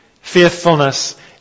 faithfulness